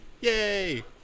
Yay